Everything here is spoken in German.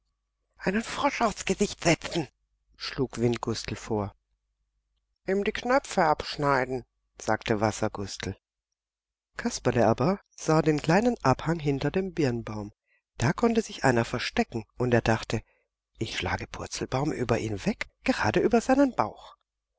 einen frosch aufs gesicht setzen schlug windgustel vor ihm die knöpfe abschneiden sagte wassergustel kasperle aber sah den kleinen abhang hinter dem birnbaum da konnte sich einer verstecken und er dachte ich schlage purzelbaum über ihn weg gerade über seinen bauch